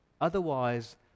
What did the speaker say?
Otherwise